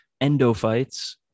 endophytes